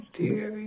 dear